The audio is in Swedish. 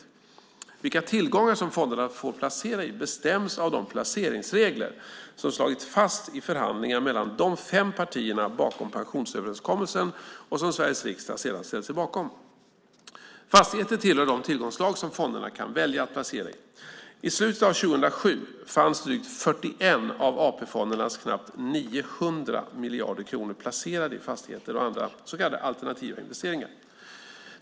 Vilka tillgångar som fonderna får placera i bestäms av de placeringsregler som slagits fast i förhandlingar mellan de fem partierna bakom pensionsöverenskommelsen och som Sveriges riksdag sedan ställt sig bakom. Fastigheter tillhör de tillgångsslag som fonderna kan välja att placera i. I slutet av 2007 fanns drygt 41 av AP-fondernas knappt 900 miljarder kronor placerade i fastigheter och andra så kallade alternativa investeringar.